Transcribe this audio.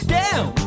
down